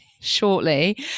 shortly